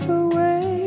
away